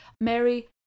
mary